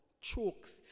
chokes